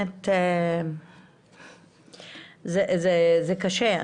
זה קשה.